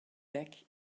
back